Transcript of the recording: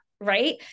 right